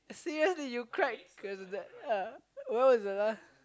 seriously you cried cause of that ah when was the last